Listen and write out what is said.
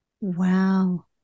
Wow